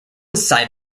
side